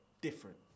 different